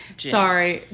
Sorry